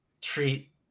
treat